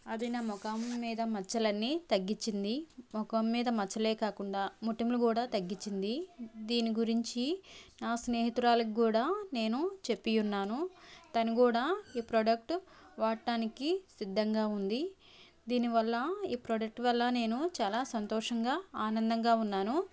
అది నా మొఖం మీద మచ్చలన్నీ తగ్గిచ్చింది మొఖం మీద మచ్చలే కాకుండా మొటిమలు కూడా తగ్గించింది దీని గురించి నా స్నేహితురాలికి కూడా నేను చెప్పియున్నాను తను కూడా ఈ ప్రోడక్టు వాడటానికి సిద్ధంగా ఉంది దీని వల్ల ఈ ప్రోడక్ట్ వల్ల నేను చాలా సంతోషంగా ఆనందంగా ఉన్నాను